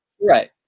right